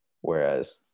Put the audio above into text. whereas